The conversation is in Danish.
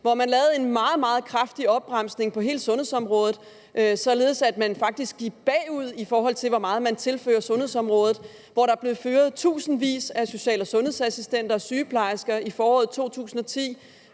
hvor man lavede en meget, meget kraftig opbremsning på hele sundhedsområdet, så vi faktisk gik baglæns i forhold til, hvor meget sundhedsområdet blev tilført. Der blev fyret tusindvis af social- og sundhedsassistenter og sygeplejersker i foråret 2010,